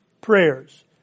prayers